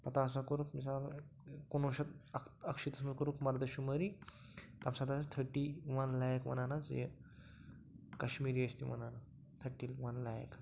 پَتہٕ ہَسا کوٚرُکھ مِثال کُنوُہ شَتھ اَکھ اَکھ شیٖتَس منٛز کوٚرُکھ مَردٕ شُمٲری تَمہِ ساتہٕ آسہٕ تھٔٹی وَن لیکھ وَنان حظ یہِ کشمیٖری ٲسۍ تِم وَنان تھٔٹی وَن لیکھ